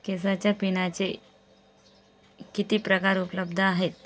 केसाच्या पिनाचे किती प्रकार उपलब्ध आहेत